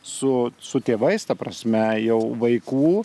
su su tėvais ta prasme jau vaikų